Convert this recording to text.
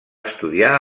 estudiar